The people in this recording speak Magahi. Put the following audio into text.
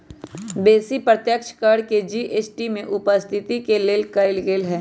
बेशी अप्रत्यक्ष कर के जी.एस.टी में उपस्थित क लेल गेलइ ह्